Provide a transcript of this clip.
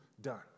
done